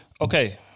Okay